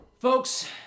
Folks